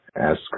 ask